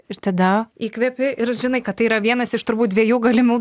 ir tada įkvepi ir žinai kad tai yra vienas iš turbūt dviejų galimų